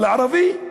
אבל לערבי,